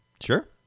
Sure